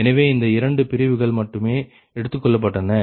எனவே இந்த இரண்டு பிரிவுகள் மட்டுமே எடுத்துக்கொள்ளப்பட்டன